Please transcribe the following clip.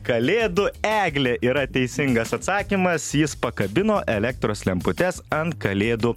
kalėdų eglė yra teisingas atsakymas jis pakabino elektros lemputes ant kalėdų